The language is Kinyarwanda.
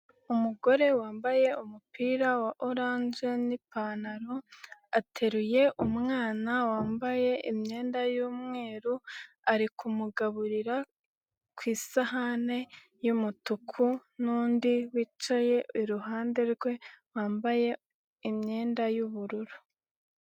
Umugore wambaye umupira wa oranje n'ipantaro. Ateruye umwana wambaye imyenda y'umweru, ari kumugaburira ku isahani y'umutuku n'undi wicaye iruhande rwe wambaye imyenda y'ubururu.